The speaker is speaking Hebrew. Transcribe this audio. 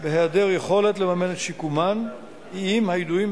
מטופלות כיום באופן חלקי